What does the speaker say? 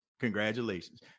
congratulations